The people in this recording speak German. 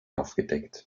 aufgedeckt